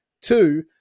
two